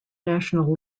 national